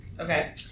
Okay